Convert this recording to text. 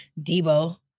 Debo